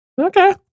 okay